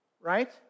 right